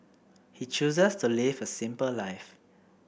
he chooses to live a simple life